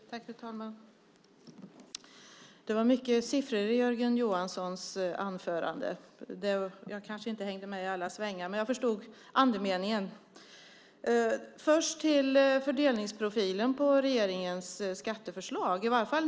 Fru talman! Det var många siffror i Jörgen Johanssons anförande. Jag hängde kanske inte med i alla svängar, men jag förstod andemeningen. Låt mig först ta upp fördelningsprofilen på regeringens skatteförslag.